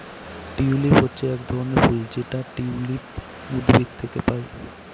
tulip হচ্ছে এক ধরনের ফুল যেটা টিউলিপ উদ্ভিদ থেকে পায়